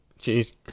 Jeez